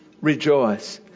rejoice